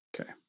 Okay